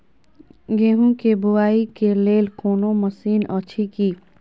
गेहूँ के बुआई के लेल कोनो मसीन अछि की?